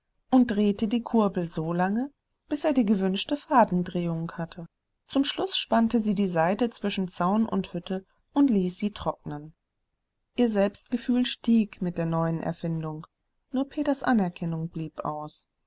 und drehte die kurbel so lange bis er die gewünschte fadendrehung hatte zum schluß spannte sie die saite zwischen zaun und hütte und ließ sie trocknen ihr selbstgefühl stieg mit der neuen erfindung nur peters anerkennung blieb aus